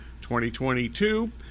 2022